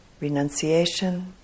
renunciation